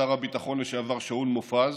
שר הביטחון לשעבר שאול מופז,